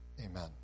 Amen